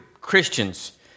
Christians